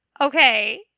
okay